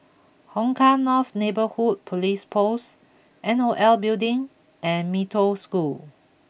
Hong Kah North Neighbourhood Police Post N O L Building and Mee Toh School